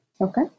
Okay